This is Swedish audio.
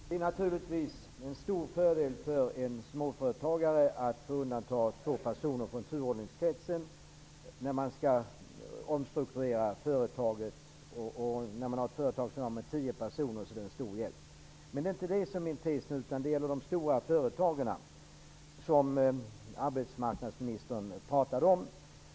Fru talman! Det är naturligtvis en stor fördel för en småföretagare att få undanta två personer från turordningskretsen när företaget skall omstruktureras. I ett företag med tio anställda är det en stor hjälp. Men det är inte det som är min tes nu. Jag vill ta upp frågan om de stora företag som arbetsmarknadsministern pratade om.